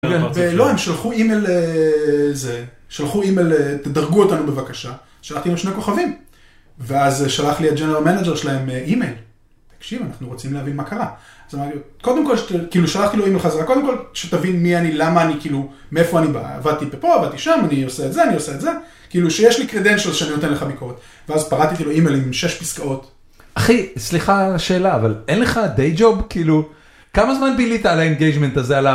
לא, הם שלחו אימייל ל...זה, שלחו אימייל ל-"תדרגו אותנו בבקשה", שלחתי להם שני כוכבים ואז שלח לי הג'נרל מנאג'ר שלהם אימייל, תקשיב, אנחנו רוצים להבין מה קרה. קודם כל כאילו שלחתי לו אימייל חזרה, קודם כל שתבין מי אני, למה אני כאילו, מאיפה אני בא, עבדתי פה, עבדתי שם, אני עושה את זה, אני עושה את זה, כאילו שיש לי קרדנשיאלס שאני נותן לך ביקורת ואז פרטתי לו אימייל עם שש פסקאות. אחי, סליחה על השאלה אבל אין לך דיי ג'וב כאילו? כמה זמן בילית על האינגייג'מנט הזה?